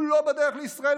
הוא לא בדרך לישראל,